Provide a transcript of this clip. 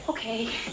Okay